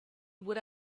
would